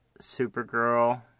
Supergirl